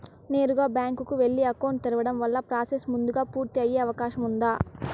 నేరుగా బ్యాంకు కు వెళ్లి అకౌంట్ తెరవడం వల్ల ప్రాసెస్ ముందుగా పూర్తి అయ్యే అవకాశం ఉందా?